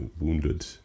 wounded